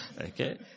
Okay